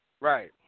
Right